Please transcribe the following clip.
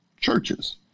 churches